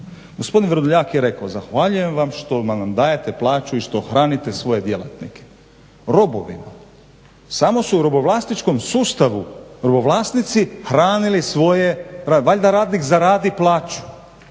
Gospodin Vrdoljak je rekao zahvaljujem vam što vam dajete plaću i što hranite svoje djelatnike. Robovima, samo su u robovlasničkom sustavu robovlasnici hranili svoje, valjda radnik zaradi plaću,